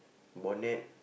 bonnet